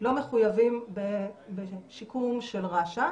לא מחויבים בשיקום של רש"א.